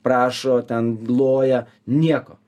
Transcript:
prašo ten loja nieko